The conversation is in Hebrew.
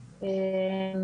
בתקנות.